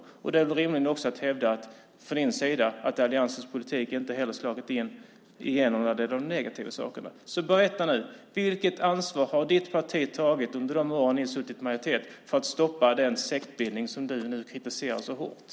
Då är det väl rimligt att från din sida också hävda att alliansens politik inte heller har slagit igenom när det gäller negativa saker, så berätta nu! Vilket ansvar har ditt parti tagit under de år ni varit i majoritet för att stoppa den sektbildning som du nu så hårt kritiserar?